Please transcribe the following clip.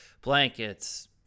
blankets